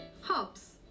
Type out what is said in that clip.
Hops